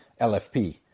LFP